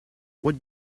what